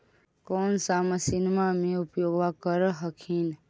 कौन सा मसिन्मा मे उपयोग्बा कर हखिन?